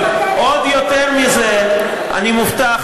אבל עוד יותר מזה אני מופתע,